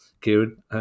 Kieran